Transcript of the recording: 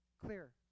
clear